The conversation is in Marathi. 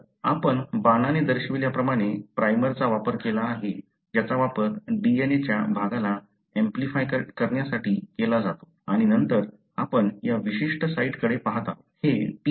तर आपण बाणाने दर्शविल्याप्रमाणे प्राइमरचा वापर केला आहे ज्याचा वापर DNA च्या या भागाला ऍम्प्लिफाय करण्यासाठी केला जातो आणि नंतर आपण या विशिष्ट साइटकडे पहात आहोत